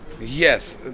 Yes